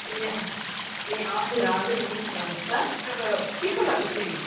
ए ए हजुर हजुर मिस भन्नुहोस् त त्यो के को लागि चाहिँ